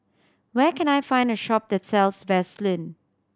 where can I find a shop that sells Vaselin